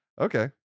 okay